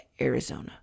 Arizona